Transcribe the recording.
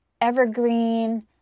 Evergreen